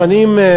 אולי בשנים 1999,